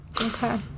okay